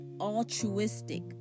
altruistic